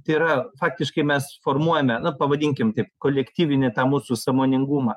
tai yra faktiškai mes formuojame na pavadinkim taip kolektyvinį tą mūsų sąmoningumą